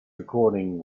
recording